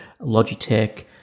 Logitech